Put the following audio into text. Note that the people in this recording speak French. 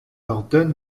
ordonne